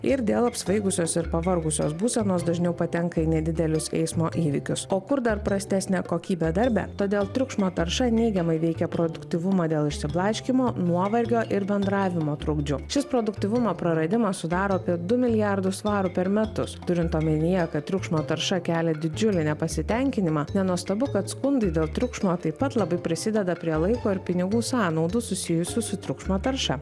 ir dėl apsvaigusios ir pavargusios būsenos dažniau patenka į nedidelius eismo įvykius o kur dar prastesnė kokybė darbe todėl triukšmo tarša neigiamai veikia produktyvumą dėl išsiblaškymo nuovargio ir bendravimo trukdžių šis produktyvumo praradimas sudaro apie du milijardus svarų per metus turint omenyje kad triukšmo tarša kelia didžiulį nepasitenkinimą nenuostabu kad skundai dėl triukšmo taip pat labai prisideda prie laiko ir pinigų sąnaudų susijusių su triukšmo tarša